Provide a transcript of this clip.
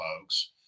folks